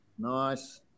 Nice